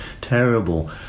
terrible